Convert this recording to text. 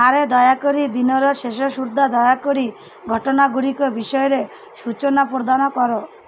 ଆରେ ଦୟାକରି ଦିନର ଶେଷ ସୁଦ୍ଧା ଦୟାକରି ଘଟଣାଗୁଡ଼ିକ ବିଷୟରେ ସୂଚନା ପ୍ରଦାନ କର